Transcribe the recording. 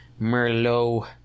Merlot